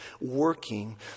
working